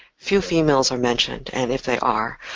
few females are mentioned and, if they are,